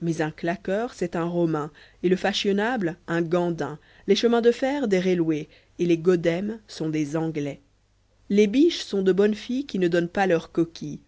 mais un elaqueur c'est un romain et le fashîonabie un gandin les chemins de fer des railways et ips goddero sont des anglais les biches sont de bonnes filles qui ne donnent pas leurs coquilles